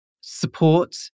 support